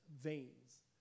veins